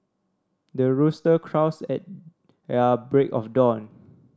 the rooster crows at their break of dawn